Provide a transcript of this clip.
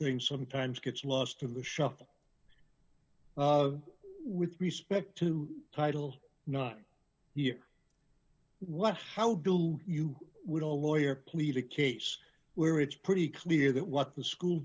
thing sometimes gets lost in the shuffle with respect to title nine year what how do you with all lawyer plead a case where it's pretty clear that what the school